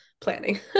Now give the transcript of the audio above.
planning